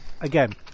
again